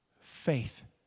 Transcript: Faith